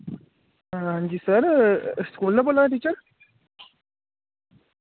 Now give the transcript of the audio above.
हां जी sir school दा बोल्ला दे टीचर